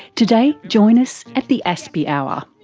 today join us at the aspie hour,